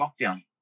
lockdown